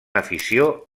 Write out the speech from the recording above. afició